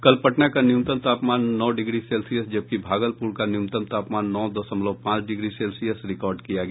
कल पटना का न्यनूतम तापमान नौ डिग्री सेल्सियस जबकि भागलपुर का न्यूनतम तापमान नौ दशमलव पांच डिग्री सेल्सियस रिकॉर्ड किया गया